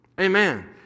Amen